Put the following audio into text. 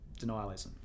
denialism